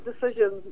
decisions